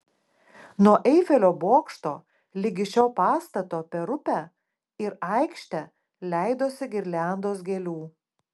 nuo eifelio bokšto ligi šio pastato per upę ir aikštę leidosi girliandos gėlių